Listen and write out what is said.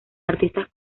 artistas